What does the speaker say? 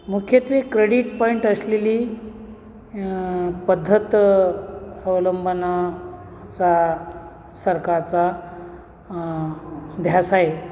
मुख्यत्वे credit point असलेली पद्धत अवलंबना चा सरकारचा ध्यास आहे